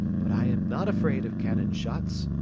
but i am not afraid of cannon-shots.